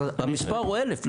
והמספר הוא 1,000 לדעתנו.